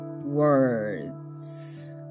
words